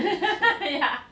ya